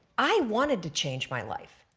i wanted to change my life.